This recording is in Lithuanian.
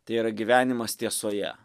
tai yra gyvenimas tiesoje